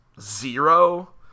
zero